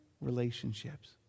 relationships